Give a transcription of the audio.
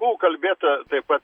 buvo kalbėta taip pat